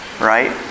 right